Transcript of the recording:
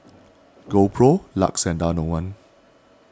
GoPro Lux and Danone